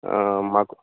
మాకు